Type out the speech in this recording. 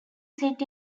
seat